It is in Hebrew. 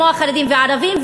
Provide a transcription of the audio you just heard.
כמו החרדים והערבים,